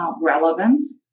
relevance